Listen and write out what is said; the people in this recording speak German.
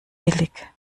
billig